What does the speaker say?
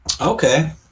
Okay